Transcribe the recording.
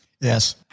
Yes